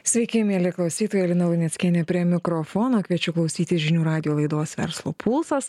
sveiki mieli klausytojai lina luneckienė prie mikrofono kviečiu klausytis žinių radijo laidos verslo pulsas